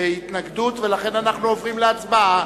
ולכן אנו עוברים להצבעה.